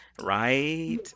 right